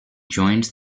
joined